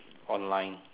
online